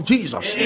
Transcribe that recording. Jesus